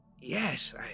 yes